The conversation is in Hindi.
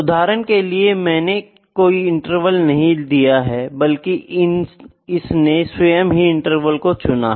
उदाहरण के लिए मैंने कोई इंटरवल नहीं दिया है बल्कि इसने स्वयं ही इंटरवल को चुना है